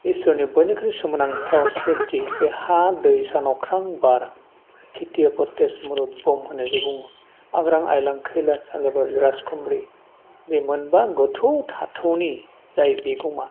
इसोरनि बयनिख्रुइ सोमोनांथाव सोरजि बे हा दै सान अख्रां बार खेथि खथेस मुरथ बम होनो आग्रां आयलां खैलास हाजो राजखुमब्रि बे मोनबा गोथौ थाथौनि जाय बिगुमा